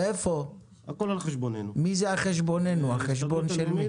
מי זה "על חשבוננו", על חשבון של מי?